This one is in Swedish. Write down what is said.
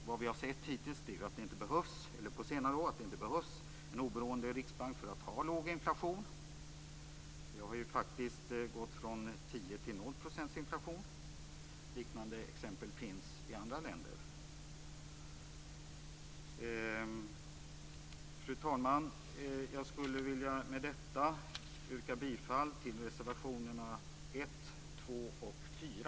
Vad vi har sett på senare år är ju att det inte behövs en oberoende riksbank för att ha låg inflation. Vi har faktiskt gått från 10 % till 0 % inflation. Liknande exempel finns i andra länder. Fru talman! Med detta skulle jag vilja yrka bifall till reservationerna 1, 2 och 4.